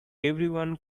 everyone